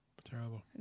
terrible